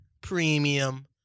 premium